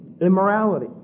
immorality